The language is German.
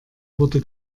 wurde